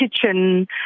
kitchen